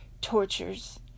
Tortures